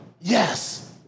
Yes